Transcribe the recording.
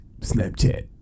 Snapchat